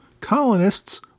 Colonists